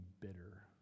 bitter